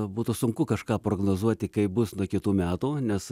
būtų sunku kažką prognozuoti kaip bus nuo kitų metų nes